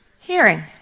hearing